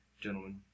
gentlemen